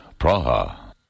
Praha